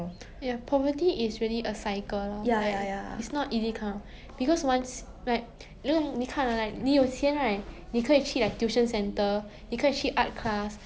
so and comparing like err 比较有钱的人 and 比较穷的人 right for 有钱人 all they need to do is maintain their wealth but for 那个穷人 they must gain their wealth first